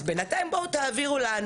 אז בינתיים בואו תעבירו לנו.